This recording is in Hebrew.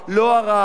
לא ערר,